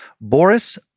Boris